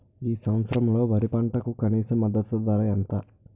ఈ సంవత్సరంలో వరి పంటకు కనీస మద్దతు ధర ఎంత?